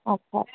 अच्छा अच्छा